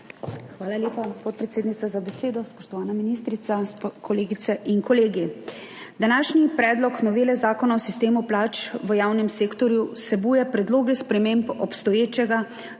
Hvala lepa, podpredsednica, za besedo. Spoštovana ministrica, kolegice in kolegi! Današnji predlog novele Zakona o sistemu plač v javnem sektorju vsebuje predloge sprememb obstoječega